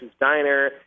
Diner